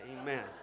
Amen